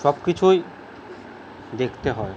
সবকিছুই দেখতে হয়